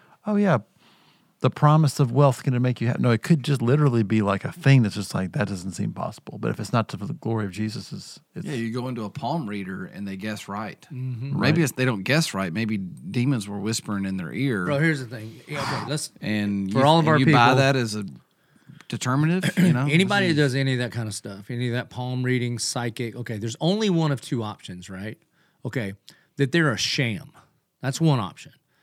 Oh, yeah. The promise of wealth's gonna make you ha- No, it could just literally be like a thing that's just like, "That doesn't seem possible." But if it's not to- for the glory of Jesus, it's- it's- Yeah, you go into a palm reader and they guess right. Mhm. Right. Maybe it's- they don't guess right. Maybe demons were whispering in their ear. Bro, here's the thing. Yeah, okay, let's- And for you- all of and our you buy people- that as a determinative, you know? Anybody This that is- does any of that kind of stuff, any of that palm reading, psychic, okay, there's only one of two options, right? Okay, that they're a sham. That's one option.